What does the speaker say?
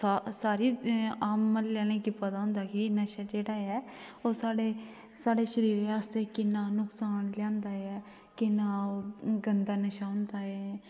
सारी आम म्हल्लें आह्लें गी पता होंदा कि नशा जेह्ड़ा ऐ ओह् साढ़े साढ़े शरीर आस्तै किन्ना नुकसान लेयांदा ऐ किन्ना ओह् गंदा नशा होंदा ऐ